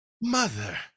mother